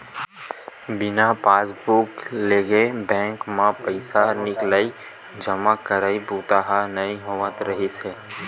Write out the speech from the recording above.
बिना पासबूक लेगे बेंक म पइसा निकलई, जमा करई बूता ह नइ होवत रिहिस हे